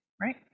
right